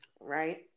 right